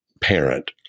parent